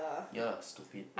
ya lah stupid